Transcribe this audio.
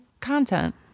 content